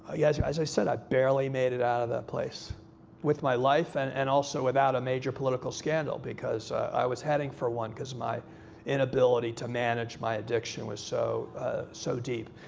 ah yeah as yeah as i said, i barely made it out of that place with my life and and also without a major political scandal. because i was heading for one, because my inability to manage my addiction was so so deep.